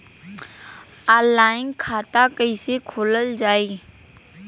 Online खाता कईसे खोलल जाई?